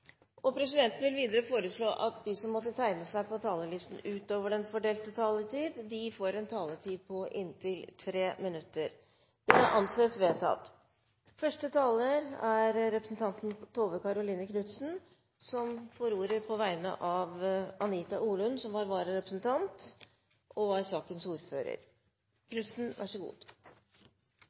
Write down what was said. vil presidenten foreslå at de som måtte tegne seg på talerlisten utover den fordelte taletid, får en taletid på inntil 3 minutter. – Det anses vedtatt. Første taler er Tove Karoline Knutsen som får ordet på vegne av ordføreren for saken, Anita Orlund, som var vararepresentant.